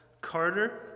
Carter